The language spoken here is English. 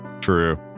True